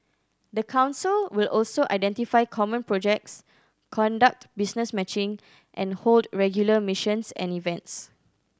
the council will also identify common projects conduct business matching and hold regular missions and events